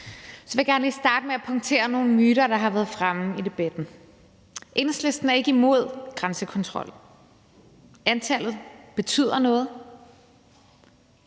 så vil jeg gerne lige starte med at punktere nogle myter, der har været fremme i debatten. Enhedslisten er ikke imod grænsekontrol, antallet betyder noget,